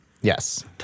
Yes